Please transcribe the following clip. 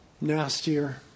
nastier